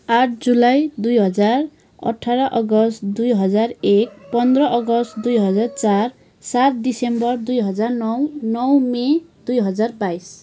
आठ जुलाई दुई हजार अठार अगस्त दुई हजार एक पन्ध्र अगस्त दुई हजार चार सात दिसम्बर दुई हजार नौ मई दुई हजार बाइस